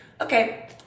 okay